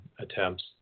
attempts